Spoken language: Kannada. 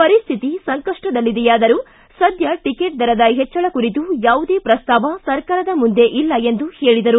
ಪರಿಸ್ತಿತಿ ಸಂಕಪ್ಸದಲ್ಲಿದೆಯಾದರೂ ಸದ್ದ ಟಿಕೆಟ್ ದರದ ಹೆಚ್ಲಳ ಕುರಿತು ಯಾವುದೇ ಪ್ರಸ್ತಾವ ಸರ್ಕಾರದ ಮುಂದೆ ಇಲ್ಲ ಎಂದು ಹೇಳಿದರು